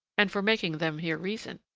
and for making them hear reason.